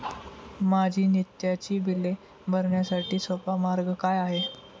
माझी नित्याची बिले भरण्यासाठी सोपा मार्ग काय आहे?